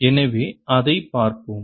எனவே அதைப் பார்ப்போம்